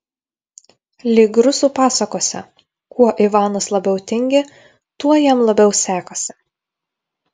lyg rusų pasakose kuo ivanas labiau tingi tuo jam labiau sekasi